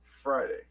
Friday